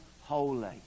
holy